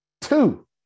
Two